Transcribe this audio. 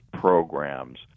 programs